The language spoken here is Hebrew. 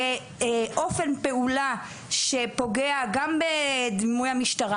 זה אופן פעולה שפוגע גם בדימוי המשטרה.